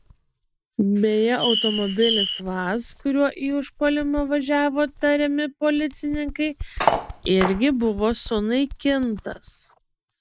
beje automobilis vaz kuriuo į užpuolimą važiavo tariami policininkai irgi buvo sunaikintas